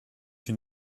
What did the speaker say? une